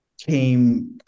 came